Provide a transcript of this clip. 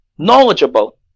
knowledgeable